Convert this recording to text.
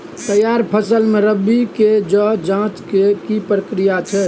तैयार फसल में नमी के ज जॉंच के की प्रक्रिया छै?